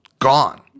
gone